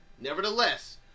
Nevertheless